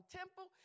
temple